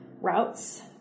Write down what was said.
routes